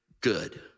good